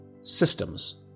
Systems